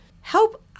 help